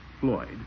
Floyd